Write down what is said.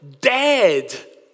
dead